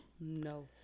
No